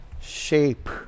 Shape